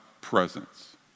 presence